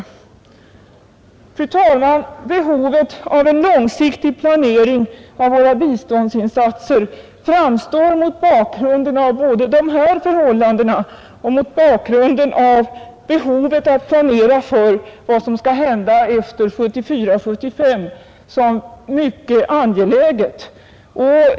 Fru talman! Behovet av en långsiktig planering av våra biståndsinsatser framstår mot bakgrunden av både dessa förhållanden och behovet att planera för vad som skall hända efter 1974/75 som mycket angeläget.